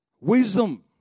wisdom